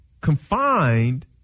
Confined